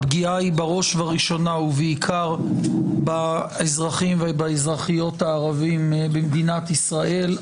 הפגיעה היא בראש ובראשונה בעיקר באזרחים ובאזרחיות הערבים במדינת ישראל,